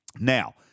Now